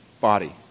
Body